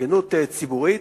התארגנות ציבורית,